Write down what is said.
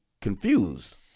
confused